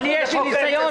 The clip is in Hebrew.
אתם לא התערבתם?